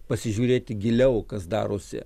pasižiūrėti giliau kas darosi